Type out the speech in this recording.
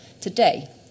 today